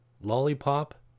Lollipop